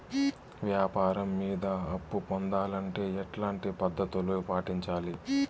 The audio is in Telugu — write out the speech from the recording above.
వ్యాపారం మీద అప్పు పొందాలంటే ఎట్లాంటి పద్ధతులు పాటించాలి?